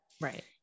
Right